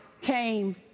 came